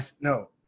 no